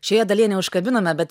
šioje dalyje neužkabinome bet